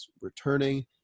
returning